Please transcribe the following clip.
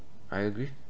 I agree